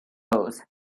rose